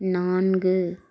நான்கு